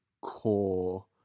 core